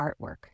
artwork